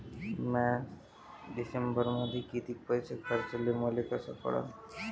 म्या डिसेंबरमध्ये कितीक पैसे खर्चले मले कस कळन?